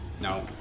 no